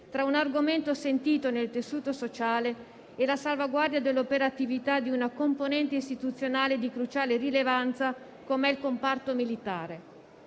tra un argomento sentito nel tessuto sociale e la salvaguardia dell'operatività di una componente istituzionale di cruciale rilevanza, com'è il comparto militare.